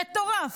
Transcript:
מטורף.